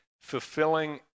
fulfilling